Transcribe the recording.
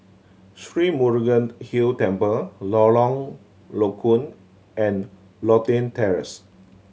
Sri Murugan Hill Temple Lorong Low Koon and Lothian Terrace